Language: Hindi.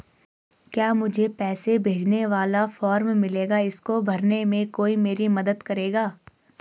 क्या मुझे पैसे भेजने वाला फॉर्म मिलेगा इसको भरने में कोई मेरी मदद करेगा?